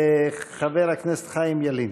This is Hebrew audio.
חבר הכנסת חיים ילין.